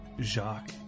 Jacques